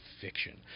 fiction